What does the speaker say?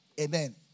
Amen